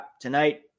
tonight